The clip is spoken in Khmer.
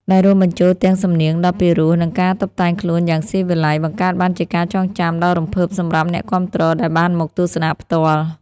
ដែលរួមបញ្ចូលទាំងសំនៀងដ៏ពីរោះ និងការតុបតែងខ្លួនយ៉ាងស៊ីវិល័យ បង្កើតបានជាការចងចាំដ៏រំភើបសម្រាប់អ្នកគាំទ្រដែលបានមកទស្សនាផ្ទាល់។